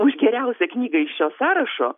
už geriausią knygą iš šio sąrašo